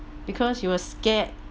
because you were scared